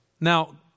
Now